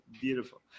beautiful